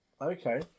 Okay